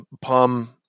Palm